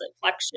flexion